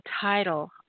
title